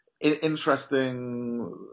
interesting